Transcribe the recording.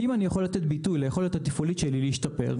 אם אני יכול לתת ביטוי ליכולת התפעולית שלי להשתפר,